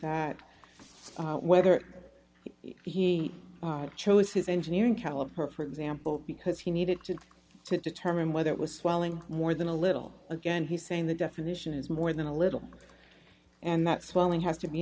that whether you he chose his engineering caliper for example because he needed to to determine whether it was swelling more than a little again he saying the definition is more than a little and that swelling has to be